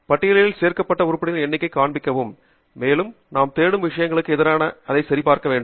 பட்டியலில் சேர்க்கப்பட்ட உருப்படிகளின் எண்ணிக்கை காண்பிக்கப்படும் மேலும் நாம் தேடும் விஷயங்களுக்கு எதிராக அதை சரிபார்க்க வேண்டும்